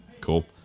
Cool